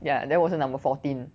ya then 我是 number fourteen